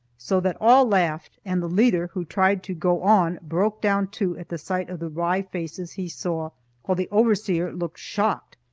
so that all laughed, and the leader, who tried to go on, broke down too at the sight of the wry faces he saw while the overseer looked shocked,